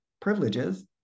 privileges